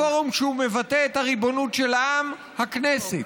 הפורום שמבטא את הריבונות של העם, הכנסת.